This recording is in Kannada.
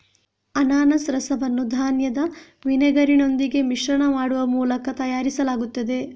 ಅನಾನಸ್ ರಸವನ್ನು ಧಾನ್ಯದ ವಿನೆಗರಿನೊಂದಿಗೆ ಮಿಶ್ರಣ ಮಾಡುವ ಮೂಲಕ ತಯಾರಿಸಲಾಗುತ್ತದೆ